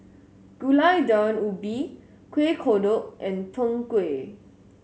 Gulai Daun Ubi Kuih Kodok and Png Kueh